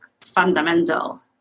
fundamental